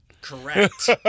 Correct